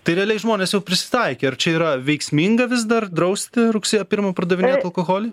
tai realiai žmonės jau prisitaikė ar čia yra veiksminga vis dar drausti rugsėjo pirmą pardavinėt alkoholį